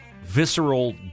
visceral